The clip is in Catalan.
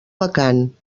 vacant